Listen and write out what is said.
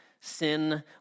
Sin